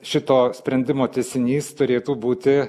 šito sprendimo tęsinys turėtų būti